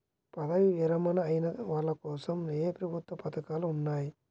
పదవీ విరమణ అయిన వాళ్లకోసం ఏ ప్రభుత్వ పథకాలు ఉన్నాయి?